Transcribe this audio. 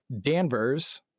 Danvers